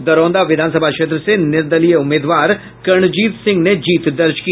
दरौंदा विधानसभा क्षेत्र से निर्दलीय उम्मीदवार कर्णजीत सिंह ने जीत दर्ज की